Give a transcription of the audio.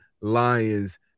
Lions